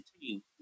team